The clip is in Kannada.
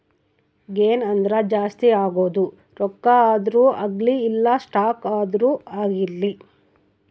ಗೇನ್ ಅಂದ್ರ ಜಾಸ್ತಿ ಆಗೋದು ರೊಕ್ಕ ಆದ್ರೂ ಅಗ್ಲಿ ಇಲ್ಲ ಸ್ಟಾಕ್ ಆದ್ರೂ ಆಗಿರ್ಲಿ